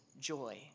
joy